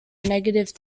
negative